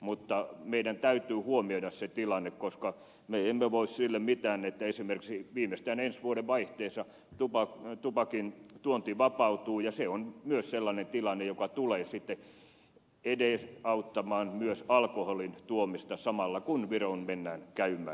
mutta meidän täytyy huomioida se tilanne koska me emme voi sille mitään että esimerkiksi viimeistään ensi vuodenvaihteessa tupakin tuonti vapautuu ja se on myös sellainen tilanne joka tulee sitten edesauttamaan myös alkoholin tuomista samalla kun viroon mennään käymään